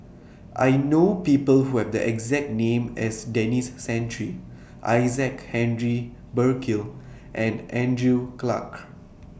I know People Who Have The exact name as Denis Santry Isaac Henry Burkill and Andrew Clarke